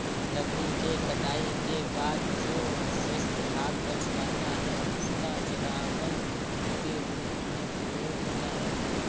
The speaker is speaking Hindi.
लकड़ी के कटाई के बाद जो अवशिष्ट भाग बच जाता है, उसका जलावन के रूप में प्रयोग होता है